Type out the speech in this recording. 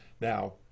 Now